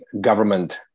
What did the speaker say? government